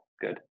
good